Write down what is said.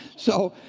so